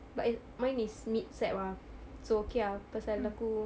but eh mine is mid sept ah so okay ah pasal aku